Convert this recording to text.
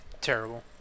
Terrible